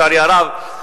לצערי הרב,